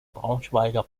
braunschweiger